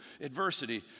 adversity